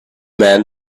man